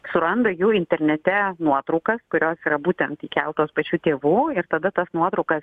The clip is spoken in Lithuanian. suranda jų internete nuotraukas kurios yra būtent įkeltos pačių tėvų ir tada tas nuotraukas